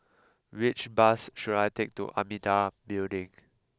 which bus should I take to Amitabha Building